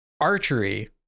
archery